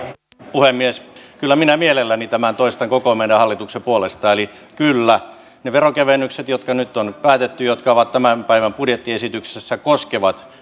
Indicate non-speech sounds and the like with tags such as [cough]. puhemies kyllä minä mielelläni tämän toistan koko meidän hallituksen puolesta kyllä ne veronkevennykset jotka nyt on päätetty jotka ovat tämän päivän budjettiesityksessä koskevat [unintelligible]